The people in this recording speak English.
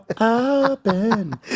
open